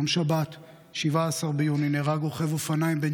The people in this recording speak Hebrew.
ביום שבת 17 ביוני נהרג רוכב אופניים בן